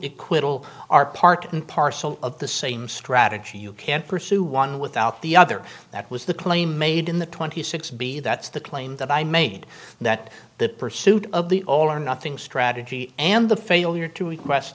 equal are part and parcel of the same strategy you can't pursue one without the other that was the claim made in the twenty six b that's the claim that i made that the pursuit of the all or nothing strategy and the failure to request